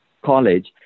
College